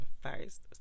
first